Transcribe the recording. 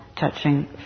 Touching